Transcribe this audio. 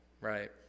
right